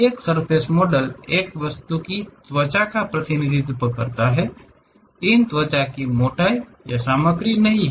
एक surface model एक वस्तु की त्वचा का प्रतिनिधित्व करता है इन त्वचा की कोई मोटाई या सामग्री नहीं है